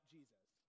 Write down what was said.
Jesus